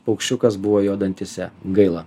paukščiukas buvo jo dantyse gaila